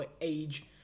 age